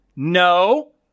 No